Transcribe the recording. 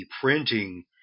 printing